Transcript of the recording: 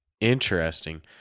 interesting